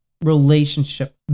relationship